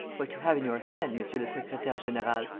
what you have in your hand, monsieur le secretaire-general,